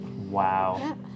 Wow